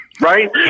right